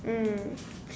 mm